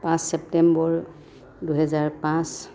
পাঁচ ছেপ্তেম্বৰ দুহেজাৰ পাঁচ